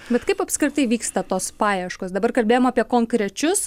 bet kaip apskritai vyksta tos paieškos dabar kalbėjom apie konkrečius